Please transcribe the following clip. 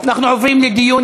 אנחנו עוברים לדיון.